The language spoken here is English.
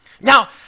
Now